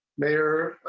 mayor.